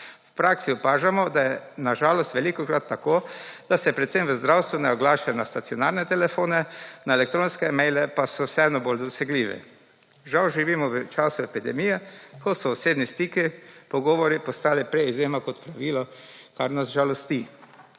V praksi opažamo, da je na žalost velikokrat tako, da se, predvsem v zdravstvu, ne oglašajo na stacionarne telefone, na elektronske maile pa so vseeno bolj dosegljivi. Žal živimo v času epidemije, ko so osebni stiki, pogovori postavi prej izjema kot pravilo, kar nas žalosti.